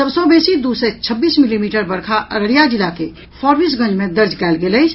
सभ सँ बेसी दू सय छब्बीस मिलीमीटर वर्षा अररिया जिला के फारबिसगंज मे दर्ज कयल गेल अछि